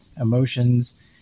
emotions